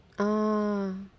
ah